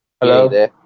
Hello